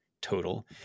total